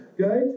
Okay